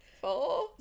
four